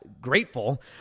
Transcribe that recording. grateful